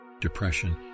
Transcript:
depression